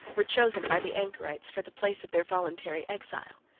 were chosen by the anachorets for the place of their voluntary exile.